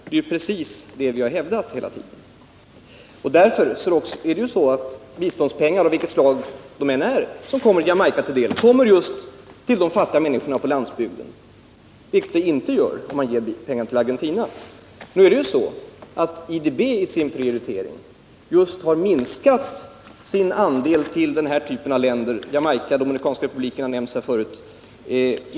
Det är just det som vi hela tiden har hävdat. Biståndspengar av vilket slag det än må vara som kommer Jamaica till del går just till de fattiga människorna på landsbygden, vilket inte blir fallet om man ger pengar till Argentina. Nu är det ju så, att IDBi sin prioritering har minskat sin andel när det gäller denna typ av länder. Jamaica och Dominikanska republiken har nämnts här förut.